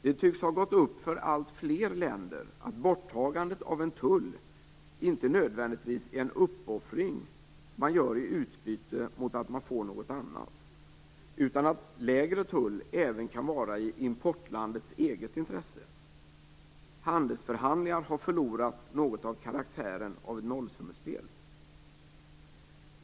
Det tycks ha gått upp för alltfler länder att borttagandet av en tull inte nödvändigtvis är en uppoffring som man gör i utbyte mot att man får något annat, utan att lägre tull även kan vara i importlandets eget intresse. Handelsförhandlingar har förlorat något av karaktären av ett nollsummespel.